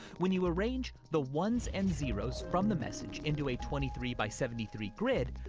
when you arrange the ones and zeros from the message into a twenty three by seventy three grid,